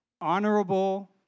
honorable